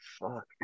Fuck